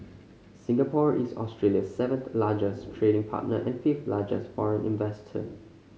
Singapore is Australia's seventh largest trading partner and fifth largest foreign investor